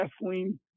gasoline